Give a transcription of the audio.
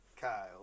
Kyle